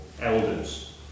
elders